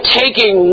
taking